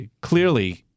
clearly—